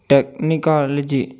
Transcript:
technology